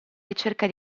ricerca